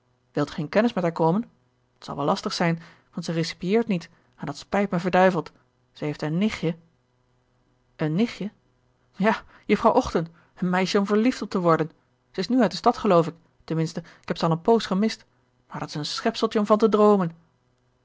in kennis met haar komen t zal wel lastig zijn want zij recipieert niet en dat spijt me verduiveld zij heeft een nichtje gerard keller het testament van mevrouw de tonnette een nichtje ja jufvrouw ochten een meisje om verliefd op te worden ze is nu uit de stad geloof ik ten minste ik heb ze al een poos gemist maar dat is een schepseltje om van te droomen